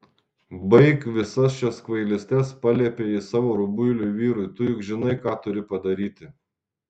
baik visas šias kvailystes paliepė ji savo rubuiliui vyrui tu juk žinai ką turi padaryti